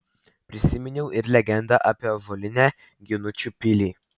prisiminiau ir legendą apie ąžuolinę ginučių pilį